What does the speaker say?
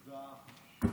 תודה רבה.